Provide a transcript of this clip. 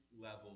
level